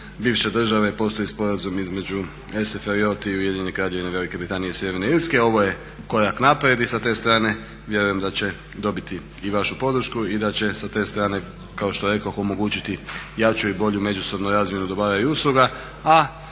bivše države postoji sporazum između SFRJ-a i Ujedinjene Kraljevine Velike Britanije i Sjeverne Irske. Ovo je korak naprijed i sa te strane vjerujem da će dobiti i vašu podršku i da će sa te strane kao što rekoh omogućiti jaču i bolju međusobnu razmjenu dobara i usluga.